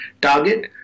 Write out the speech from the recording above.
target